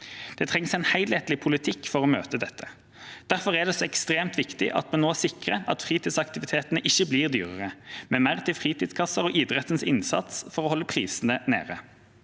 Det trengs en helhetlig politikk for å møte dette. Derfor er det så ekstremt viktig at vi nå sikrer at fritidsaktivitetene ikke blir dyrere, men at det blir mer til fritidskasser og idrettens innsats for å holde prisene nede.